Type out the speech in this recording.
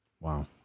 Wow